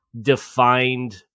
defined